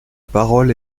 parole